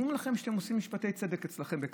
אומרים עליכם שאתם עושים משפטי צדק אצלכם בקציא.